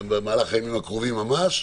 במהלך הימים הקרובים ממש,